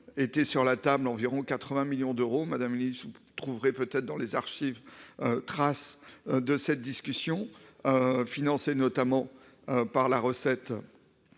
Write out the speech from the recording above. avait sur la table environ 80 millions d'euros- madame la ministre, vous trouverez peut-être dans les archives trace de cette discussion -, financés notamment par la recette